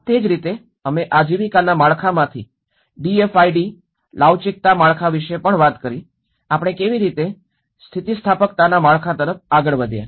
તે જ રીતે અમે આજીવિકાના માળખામાંથી ડીએફઆઈડી લવચીકતા માળખા વિશે વાત કરી આપણે કેવી રીતે સ્થિતિસ્થાપકતાના માળખા તરફ આગળ વધ્યા